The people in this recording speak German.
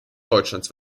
deutschlands